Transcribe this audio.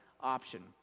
option